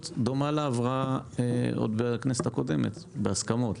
דומה לזו שעברה עוד בכנסת הקודמת בהסכמות.